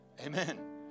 amen